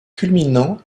culminant